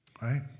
Right